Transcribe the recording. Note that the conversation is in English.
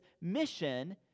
mission